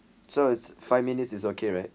so it's five minutes is okay right